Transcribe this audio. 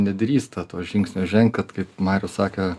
nedrįsta to žingsnio žengt kaip marius saka